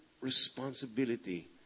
responsibility